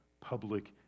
public